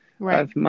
right